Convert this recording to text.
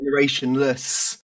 generationless